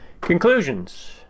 Conclusions